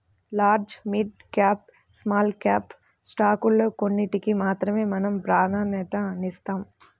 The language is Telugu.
large, mid cap, small cap స్టాకుల్లో కొన్నిటికి మాత్రమే మనం ప్రాధన్యతనిస్తాం